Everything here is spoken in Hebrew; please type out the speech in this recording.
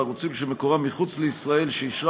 בערוצים שמקורם מחוץ לישראל שאישרה